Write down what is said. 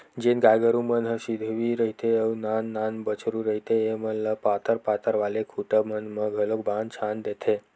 जेन गाय गरु मन ह सिधवी रहिथे अउ नान नान बछरु रहिथे ऐमन ल पातर पातर वाले खूटा मन म घलोक बांध छांद देथे